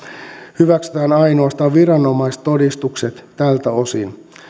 hyväksytään ainoastaan viranomaistodistukset tältä osin